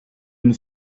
une